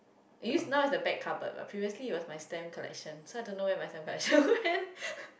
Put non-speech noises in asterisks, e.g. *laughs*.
it use now is a back cupboard but previously it was my stamp collection so I don't know where my stamp collection *laughs* went